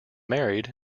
married